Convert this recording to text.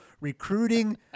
recruiting